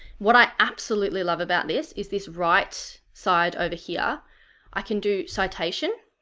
what i absolutely love about this is this right side over here i can do citation